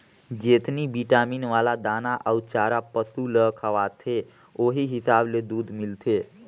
जेतनी बिटामिन वाला दाना अउ चारा पसु ल खवाथे ओहि हिसाब ले दूद मिलथे